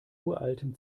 uralten